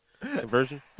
conversion